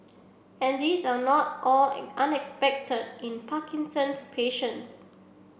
and these are not all unexpected in Parkinson's patients